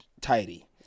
tidy